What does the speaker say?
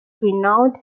renowned